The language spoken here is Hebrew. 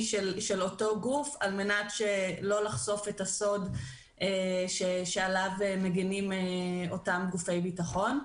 של אותו גוף על מנת שלא לחשוף את הסוד עליו מגינים אותם גופי ביטחון.